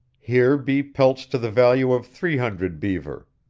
here be pelts to the value of three hundred beaver.